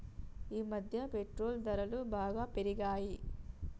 ఈమధ్య పెట్రోల్ ధరలు బాగా పెరిగాయి